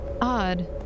odd